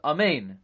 Amen